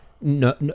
No